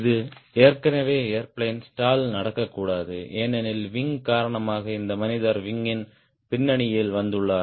இது ஏற்கனவே airplane stall நடக்கக்கூடாது ஏனெனில் விங் காரணமாக இந்த மனிதர் விங்யின் பின்னணியில் வந்துள்ளார்